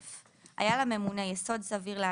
26יחהתראה מינהלית היה לממונה יסוד סביר כי